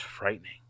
frightening